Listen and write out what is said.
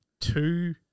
two